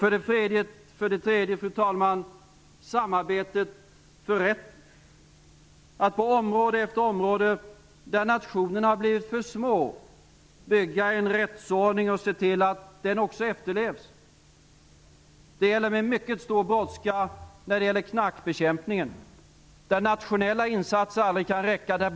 För det tredje gäller det samarbetet för rätt, att på område efter område där nationerna har blivit för små bygga en rättsordning och se till att den också efterlevs. Brådskan är mycket stor när det gäller knarkbekämpningen där nationella insatser aldrig kan räcka.